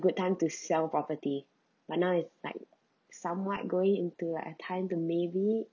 good time to sell property but now it's like somewhat going into like a time to maybe